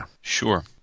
Sure